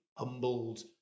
humbled